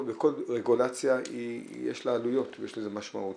כל רגולציה יש לה עלויות ויש לזה משמעות,